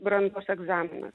brandos egzaminas